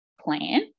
plan